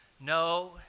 No